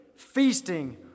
feasting